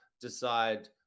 decide